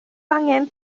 angen